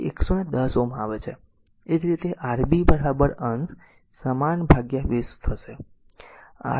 તેથી તે 110 Ω આવે છે તે જ રીતે Rb અંશ સમાન ભાગ્યા 20 રહેશે